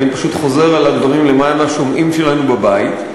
אני פשוט חוזר על הדברים למען השומעים שלנו בבית,